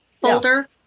folder